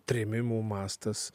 trėmimų mastas